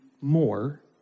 more